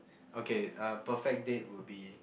okay a perfect date would be